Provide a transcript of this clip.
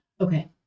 Okay